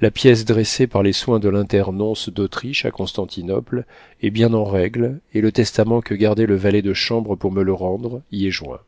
la pièce dressée par les soins de l'internonce d'autriche à constantinople est bien en règle et le testament que gardait le valet de chambre pour me le rendre y est joint